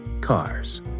cars